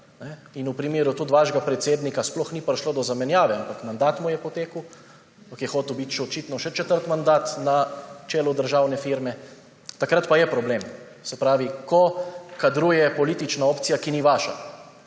in v primeru tudi vašega predsednika sploh ni prišlo do zamenjave, ampak mu je potekel mandat, ampak je hotel biti očitno še četrti mandat na čelu državne firme –, takrat pa je problem, se pravi, ko kadruje politična opcija, ki ni vaša.